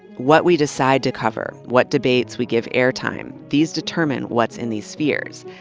what we decide to cover, what debates we give air time. these determine what's in these spheres.